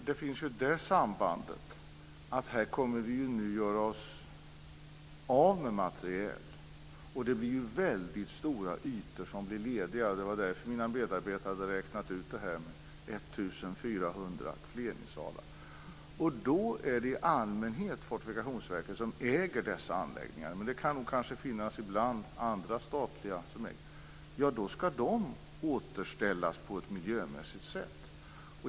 Fru talman! Sambandet är att vi nu kommer att göra oss av med materiel. Det blir väldigt stora ytor lediga. Det var därför mina medarbetare hade räknat ut att det skulle motsvara 1 400 plenisalar. Det är i allmänhet Fortifikationsverket som äger dessa anläggningar - det kan nog också ibland finnas andra statliga verk som är ägare. Anläggningarna ska återställas på ett miljömässigt sätt.